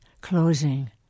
closing